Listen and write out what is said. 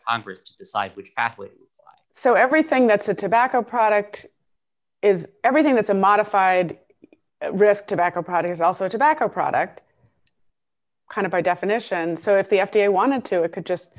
congress to decide which athlete so everything that's a tobacco product is everything that's a modified risk tobacco product is also tobacco product kind of by definition so if the f d a wanted to it could just